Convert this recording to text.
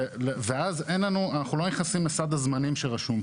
ואז אנחנו לא נכנסים לסל הזמנים שרשום.